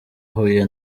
huye